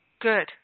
Good